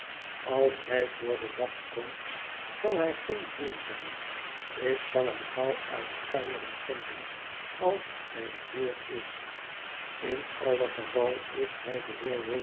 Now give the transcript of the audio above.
als hij voor den dag komt zal hij geen heer zijn ik zal hem gauw uit knieren zenden als hij een heer is in alle geval is hij de